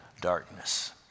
darkness